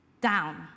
down